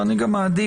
ואני גם מעדיף